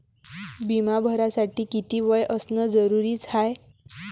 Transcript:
बिमा भरासाठी किती वय असनं जरुरीच हाय?